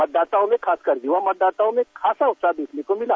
मतदाताओं में खासकर यूवा मतदाताओं में खासा उत्साह देखने को मिला